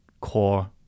core